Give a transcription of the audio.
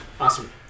Awesome